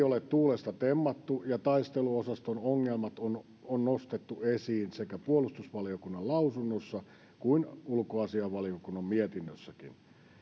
ole tuulesta temmattu ja taisteluosaston ongelmat on on nostettu esiin niin puolustusvaliokunnan lausunnossa kuin ulkoasiainvaliokunnan mietinnössäkin